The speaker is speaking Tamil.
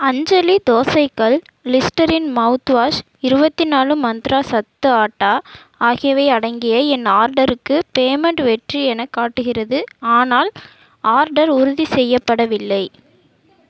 அஞ்சலி தோசைக் கல் லிஸ்டரின் மவுத்வாஷ் இருபத்தினாலு மந்த்ரா சத்து ஆட்டா ஆகியவை அடங்கிய என் ஆர்டருக்கு பேமெண்ட் வெற்றி எனக் காட்டுகிறது ஆனால் ஆர்டர் உறுதி செய்யப்படவில்லை